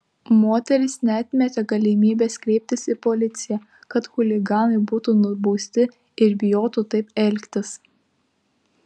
moteris neatmetė galimybės kreiptis į policiją kad chuliganai būtų nubausti ir bijotų taip elgtis